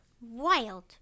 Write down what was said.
Wild